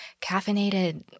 caffeinated